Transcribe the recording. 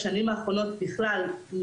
בשנים האחרונות בכלל,